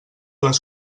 les